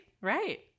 Right